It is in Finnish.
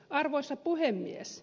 arvoisa puhemies